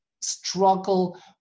struggle